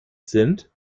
sind